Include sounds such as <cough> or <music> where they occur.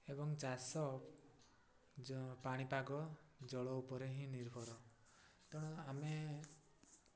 ଏବଂ ଚାଷ <unintelligible> ପାଣିପାଗ ଜଳ ଉପରେ ହିଁ ନିର୍ଭର ତେଣୁ ଆମେ